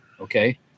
okay